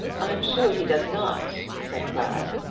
i'm sure he does not, said clara.